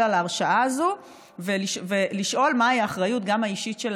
על ההרשעה הזו ולשאול מהי האחריות האישית גם